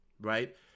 Right